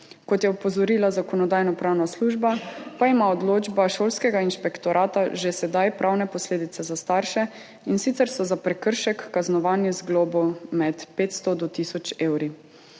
Kot je opozorila Zakonodajno-pravna služba, pa ima odločba šolskega inšpektorata že sedaj pravne posledice za starše, in sicer so za prekršek kaznovani z globo med 500 in tisoč evri.